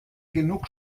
genug